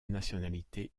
nationalité